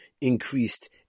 increased